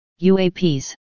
UAPs